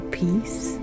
peace